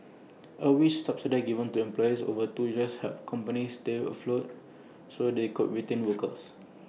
A wage subsidy given to employers over two years help companies stay afloat so they could retain workers